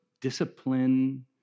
discipline